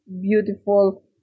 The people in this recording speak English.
beautiful